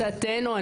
לתפיסתנו,